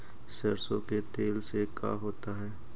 सरसों के तेल से का होता है?